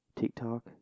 TikTok